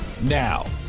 Now